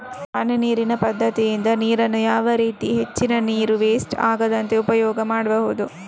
ಹನಿ ನೀರಿನ ಪದ್ಧತಿಯಿಂದ ನೀರಿನ್ನು ಯಾವ ರೀತಿ ಹೆಚ್ಚಿನ ನೀರು ವೆಸ್ಟ್ ಆಗದಾಗೆ ಉಪಯೋಗ ಮಾಡ್ಬಹುದು?